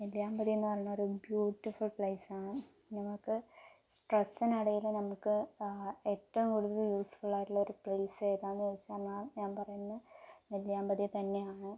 നെല്ലിയാമ്പതിയെന്നു പറഞ്ഞാൽ ഒരു ബ്യൂട്ടിഫുൾ പ്ലേസാണ് നമുക്ക് സ്ട്രെസ്സിനിടയിൽ നമുക്ക് ഏറ്റവും കൂടുതൽ യൂസ് ഫുള്ളായിട്ടുള്ളൊരു പ്ലേസ് ഏതാണെന്നു ചോദിച്ചാൽ ഞാൻ പറയുന്നു നെല്ലിയാമ്പതി തന്നെയാണ്